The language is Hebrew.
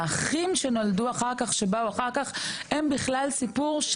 האחים שנולדו אחר כך הם בכלל סיפור.